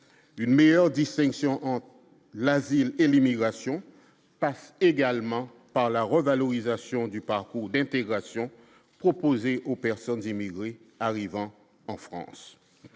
une meilleure distinction entre la ville et l'immigration passe également par la revalorisation du parcours d'intégration proposé aux personnes immigrés arrivant en France